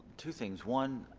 two things, one